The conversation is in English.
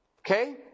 Okay